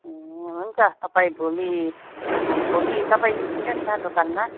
हुन्छ तपाईँ भोलि भोलि तपाईँ निस्किनुहोस् न दोकानमा